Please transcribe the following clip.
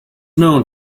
known